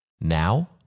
Now